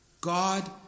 God